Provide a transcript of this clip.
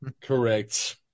correct